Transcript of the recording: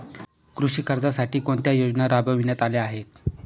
कृषी कर्जासाठी कोणत्या योजना राबविण्यात आल्या आहेत?